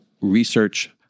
Research